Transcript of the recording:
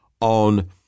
on